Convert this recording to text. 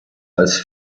als